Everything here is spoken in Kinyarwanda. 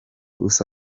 ubusa